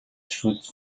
schutz